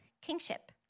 kingship